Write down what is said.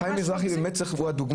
חיים מזרחי הוא הדוגמה,